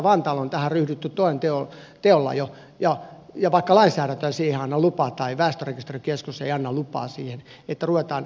vantaalla on tähän ryhdytty toden teolla jo vaikka lainsäädäntö ei siihen anna lupaa ja väestörekisterikeskus ei anna lupaa siihen että ruvetaan normittelemaan sukupuoli uudelleen